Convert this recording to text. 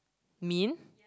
mean